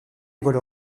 voient